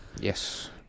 yes